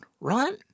right